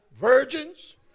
virgins